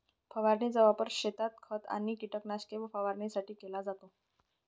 फवारणीचा वापर शेतात खत आणि कीटकनाशके फवारणीसाठी केला जातो